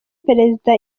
perezida